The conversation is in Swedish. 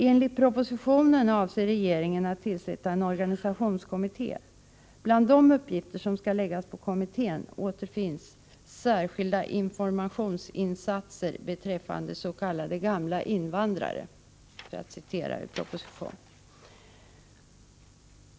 Enligt propositionen avser regeringen att tillsätta en organisationskommitté. Bland de uppgifter som skall läggas på kommittén återfinns ”särskilda informationsinsatser beträffande s.k. gamla invandrare”, som det heter i propositionen.